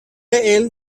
علم